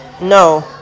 No